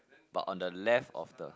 but on the left of the